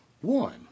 one